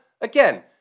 again